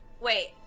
wait